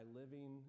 living